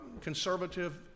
conservative